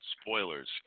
spoilers